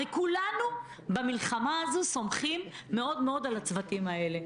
הרי כולנו במלחמה הזאת סומכים מאוד מאוד על הצוותים האלה.